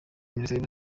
minisiteri